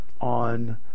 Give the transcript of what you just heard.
on